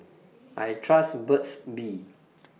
I Trust Burt's Bee